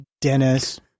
Dennis